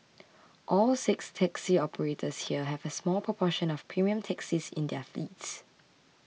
all six taxi operators here have a small proportion of premium taxis in their fleets